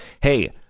hey